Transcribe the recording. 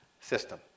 system